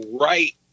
right